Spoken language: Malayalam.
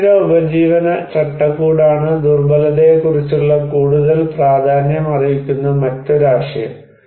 സുസ്ഥിര ഉപജീവന ചട്ടക്കൂടാണ് ദുർബലതയെക്കുറിച്ചുള്ള കൂടുതൽ പ്രാധാന്യമർഹിക്കുന്ന മറ്റൊരു ആശയം